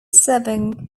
serving